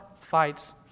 fights